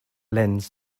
lends